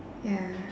ya